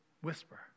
whisper